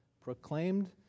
proclaimed